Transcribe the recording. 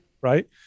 Right